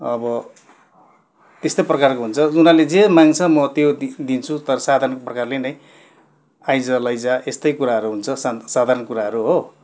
अब त्यस्तै प्रकारको हुन्छ उनीहरूले जे माग्छ म त्यो दिन्छु तर साधारण प्रकारले नै आइज लैजा यस्तै कुराहरू हुन्छ सान् साधारण कुराहरू हो